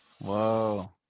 Whoa